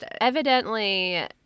evidently